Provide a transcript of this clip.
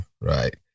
right